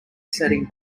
setting